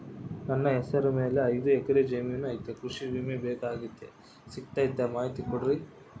ನನ್ನ ಹೆಸರ ಮ್ಯಾಲೆ ಐದು ಎಕರೆ ಜಮೇನು ಐತಿ ಕೃಷಿ ವಿಮೆ ಬೇಕಾಗೈತಿ ಸಿಗ್ತೈತಾ ಮಾಹಿತಿ ಕೊಡ್ರಿ?